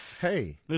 Hey